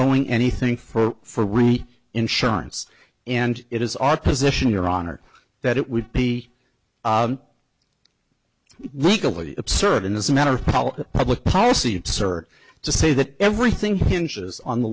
knowing anything for when the insurance and it is our position your honor that it would be legally absurd and as a matter of public policy it's are to say that everything hinges on the